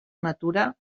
natura